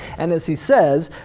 and as he says,